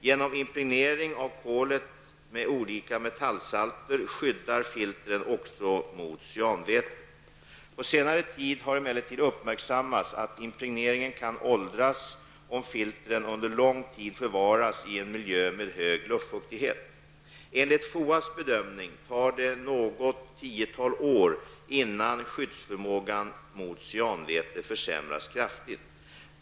Genom impregnering av kolet med olika metallsalter skyddar filtren också mot cyanväte. På senare tid har emellertid uppmärksammats att impregneringen kan åldras om filtren under lång tid förvaras i en miljö med hög luftfuktighet. Enligt FOAs bedömning tar det något tiotal år, innan skyddsförmågan mot cyanväte försämrats kraftigt.